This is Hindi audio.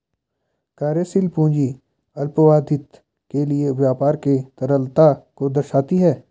कार्यशील पूंजी अल्पावधि के लिए व्यापार की तरलता को दर्शाती है